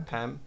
Pam